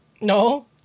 No